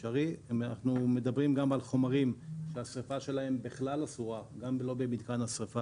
אנחנו מדברים גם על חומרים ששריפתם אסורה באופן כללי.